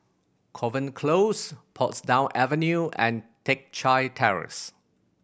Kovan Close Portsdown Avenue and Teck Chye Terrace